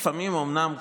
לפעמים אומנם,